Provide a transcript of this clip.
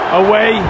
away